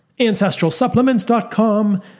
ancestralsupplements.com